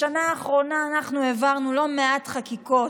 בשנה האחרונה אנחנו העברנו לא מעט חקיקות,